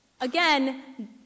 Again